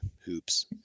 hoops